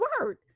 word